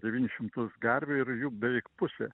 devyni šimtus gervių ir jų beveik pusė